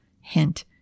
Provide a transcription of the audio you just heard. Hint